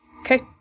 Okay